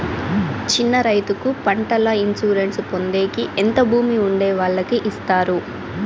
చిన్న రైతుకు పంటల ఇన్సూరెన్సు పొందేకి ఎంత భూమి ఉండే వాళ్ళకి ఇస్తారు?